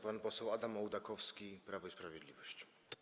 Pan poseł Adam Ołdakowski, Prawo i Sprawiedliwość.